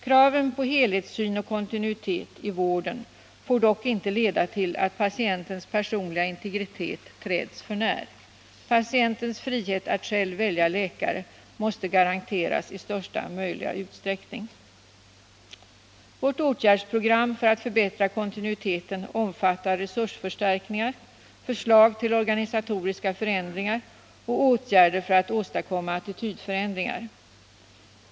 Kraven på helhetssyn och kontinuitet i vården får dock inte leda till att patientens personliga integritet träds för när. Patientens frihet att själv välja läkare måste garanteras i största möjliga utsträckning. Vårt åtgärdsprogram för att förbättra kontinuiteten omfattar resursförstärkningar, förslag till organisatoriska förändringar och åtgärder för att åstadkomma attitydförändringar.